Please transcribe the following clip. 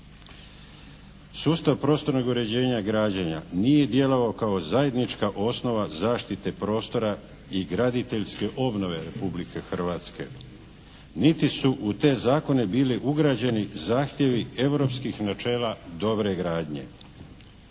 Sustav prostornog uređenja građenja nije djelovao kao zajednička osnova zaštite prostora i graditeljske obnove Republike Hrvatske, niti su u te zakone bili ugrađeni zahtjevi europskih načela dobre gradnje.